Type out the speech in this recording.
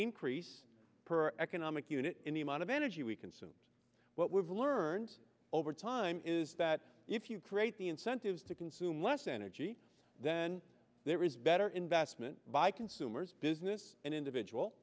increase per economic unit in the amount of energy we consume what we've learned over time is that if you create the incentives to consume less energy then there is better investment by consumers business and individual